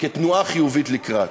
כתנועה חיובית לקראת?